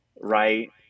right